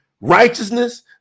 righteousness